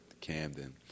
Camden